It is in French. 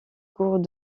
cours